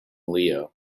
leo